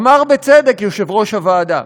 אמר בצדק יושב-ראש הוועדה,